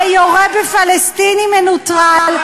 ויורה בפלסטיני מנוטרל,